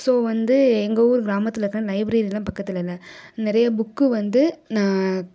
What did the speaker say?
so வந்து எங்கள் ஊர் கிராமத்திலக்குற லைப்ரேரிலாம் பக்கத்தில் இல்லை நிறையா புக்கு வந்து நான்